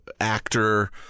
Actor